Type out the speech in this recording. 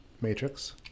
Matrix